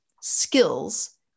skills